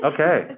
Okay